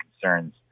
concerns